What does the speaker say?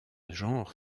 genre